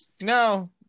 No